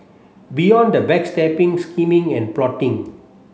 beyond the backstabbing scheming and plotting